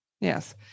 yes